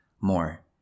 more